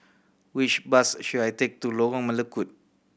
which bus should I take to Lorong Melukut